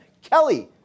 Kelly